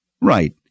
right